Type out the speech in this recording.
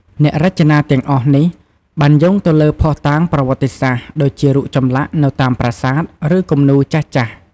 អ្នករចនាទាំងអស់នេះបានយោងទៅលើភស្តុតាងប្រវត្តិសាស្ត្រ ដូចជារូបចម្លាក់នៅតាមប្រាសាទ ឬគំនូរចាស់ៗ។